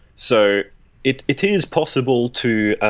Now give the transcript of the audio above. so it it is possible to